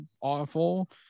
awful